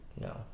No